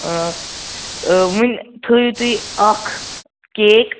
آ وُنہِ تھٲوِو تُہۍ اَکھ کیک